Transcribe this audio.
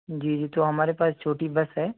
جی جی تو ہمارے پاس چھوٹی بس ہے